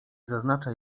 zaznacza